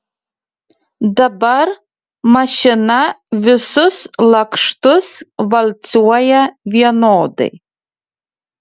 dabar mašina visus lakštus valcuoja vienodai